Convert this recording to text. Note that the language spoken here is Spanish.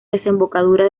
desembocadura